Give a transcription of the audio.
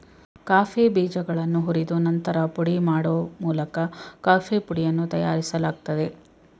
coffee ಬೀಜಗಳನ್ನು ಹುರಿದು ನಂತರ ಪುಡಿ ಮಾಡೋ ಮೂಲಕ ಕಾಫೀ ಪುಡಿಯನ್ನು ತಯಾರಿಸಲಾಗ್ತದೆ